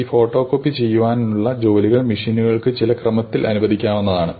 ഈ photocopy ചെയ്യുവാനുള്ള ജോലികൾ മെഷീനുകൾക്ക് ചില ക്രമത്തിൽ അനുവദിക്കാവുന്നതാണ്